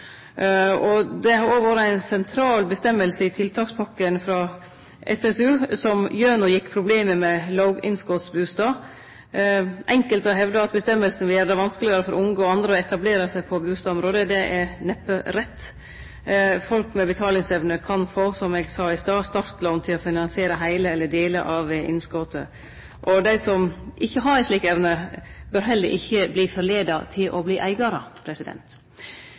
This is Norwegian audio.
konkurs. Det har òg vore ei sentral føresegn i tiltakspakken frå SSU, som gjekk gjennom problemet med låginnskotsbustader. Enkelte har hevda at føresegna vil gjere det vanskelegare for unge og andre å etablere seg på bustadmarknaden. Det er neppe rett. Folk med betalingsevne kan, som eg sa i stad, få startlån til å finansiere heile eller delar av innskotet. Og dei som ikkje har ei slik evne, bør heller ikkje verte lokka til å bli eigarar.